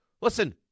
listen